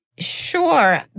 Sure